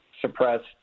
suppressed